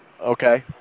Okay